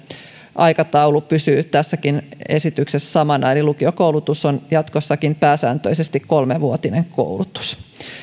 aikataulu pysyy tässäkin esityksessä samana eli lukiokoulutus on jatkossakin pääsääntöisesti kolmevuotinen koulutus